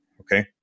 Okay